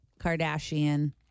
Kardashian